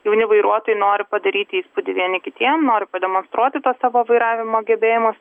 jauni vairuotojai nori padaryti įspūdį vieni kitiem nori pademonstruoti savo vairavimo gebėjimus